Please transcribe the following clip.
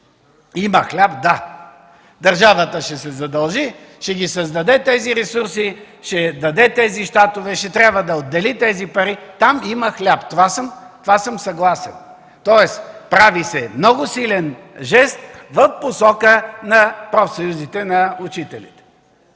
Има хляб, да – държавата ще се задължи, ще създаде тези ресурси, ще даде тези щатове, ще трябва да отдели тези пари, там има хляб. В това съм съгласен, тоест прави се много силен жест в посока на профсъюзите на учителите.